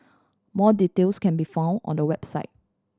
more details can be found on the website